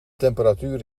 temperatuur